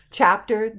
chapter